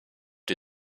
die